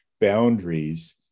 boundaries